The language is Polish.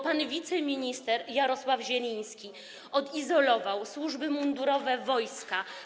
Pan wiceminister Jarosław Zieliński odizolował służby mundurowe - wojsko,